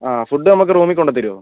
ആ ഫുഡ് നമുക്ക് റൂമിൽ കൊണ്ടുത്തരുമോ